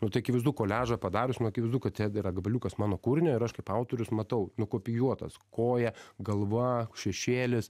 nu tai akivaizdu koliažą padarius nu akivaizdu kad ten yra gabaliukas mano kūrinio ir aš kaip autorius matau nukopijuotas koja galva šešėlis